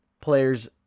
players